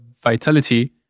vitality